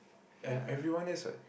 yeah